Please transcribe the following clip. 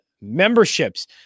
memberships